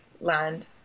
land